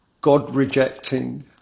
God-rejecting